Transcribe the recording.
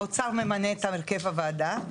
האוצר ממנה את הרכב הוועדה.